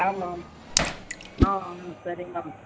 ஆமாம் ஆமாம் ஆ ஆ சரி மேம்